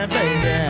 baby